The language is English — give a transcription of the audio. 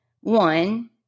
one